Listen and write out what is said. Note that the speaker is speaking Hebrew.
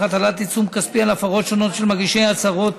הטלת עיצום כספי על הפרות שונות של מגישי הצהרות